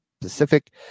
Pacific